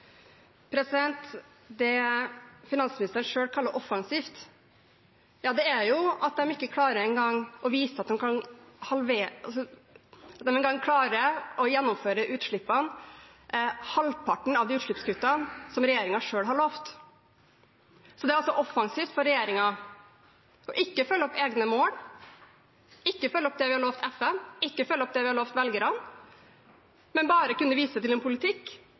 Det finansministeren kaller offensivt, er at de ikke engang klarer å gjennomføre halvparten av de utslippskuttene som regjeringen selv har lovet. Det er altså offensivt for regjeringen ikke å følge opp egne mål, ikke å følge opp det vi har lovet FN, ikke å følge opp det vi har lovet velgerne, men bare å kunne vise til en politikk